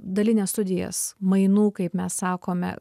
dalines studijas mainų kaip mes sakome